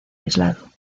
aislado